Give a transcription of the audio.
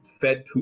fed